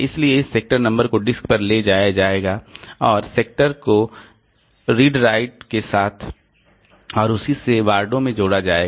इसलिए इस sector number को डिस्क पर ले जाया जाएगा और सेक्टर सेक्टर को रीड राइट के साथ और उसी से वार्डों में जोड़ा जाएगा